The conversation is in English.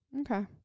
Okay